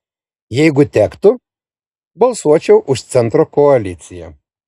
jeigu tektų balsuočiau už centro koaliciją